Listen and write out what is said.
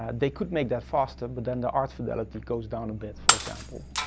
and they could make that foster, but then the art fidelity goes down a bit, for example.